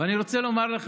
ואני רוצה לומר לך,